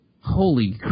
Holy